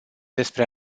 despre